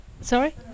Sorry